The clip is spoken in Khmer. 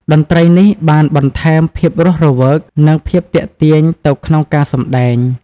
តន្ត្រីនេះបានបន្ថែមភាពរស់រវើក និងភាពទាក់ទាញទៅក្នុងការសម្ដែង។